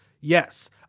Yes